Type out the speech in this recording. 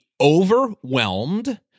overwhelmed